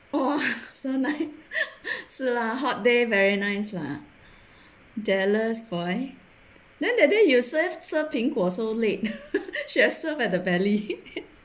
oh so nice 是啦 hot day very nice lah jealous boy then that day you serve serve 苹果 so late she has served at the valley